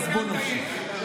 עכשיו קשה לך, אז בוא נמשיך.